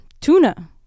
Tuna